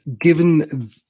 given